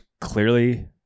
clearly